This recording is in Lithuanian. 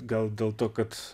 gal dėl to kad